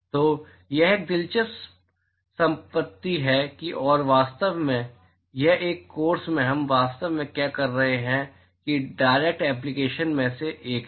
तो यह एक दिलचस्प संपत्ति है और वास्तव में यह इस कोर्स में हम वास्तव में क्या कर रहे हैं के डायरेक्ट एप्लीकेशन में से एक है